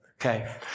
okay